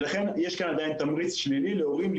לכן יש כאן עדיין תמריץ שלילי להורים.